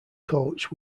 coach